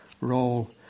role